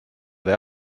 they